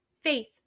faith